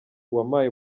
wampaye